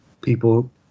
people